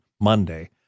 Monday